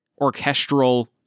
orchestral